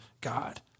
God